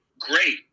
Great